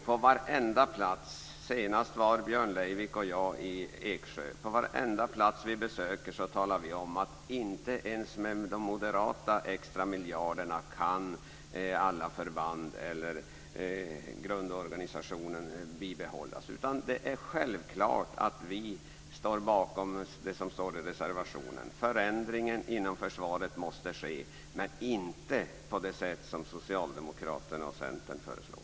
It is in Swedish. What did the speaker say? På varenda plats som besöks - senast var Björn Leivik och jag i Eksjö - talar vi om att inte ens med de moderata extra miljarderna kan alla förband eller grundorganisationen bibehållas. Självklart står vi bakom det som står i reservationen. Förändringen inom försvaret måste ske men inte på det sätt som Socialdemokraterna och Centern föreslår.